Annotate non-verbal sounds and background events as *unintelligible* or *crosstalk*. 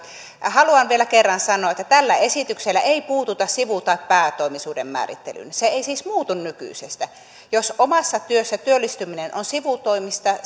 haluan vielä kerran sanoa että tällä esityksellä ei puututa sivu tai päätoimisuuden määrittelyyn se ei siis muutu nykyisestä jos omassa työssä työllistyminen on sivutoimista *unintelligible*